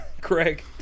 Craig